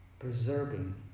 Preserving